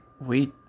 wait